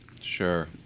Sure